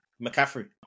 McCaffrey